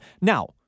Now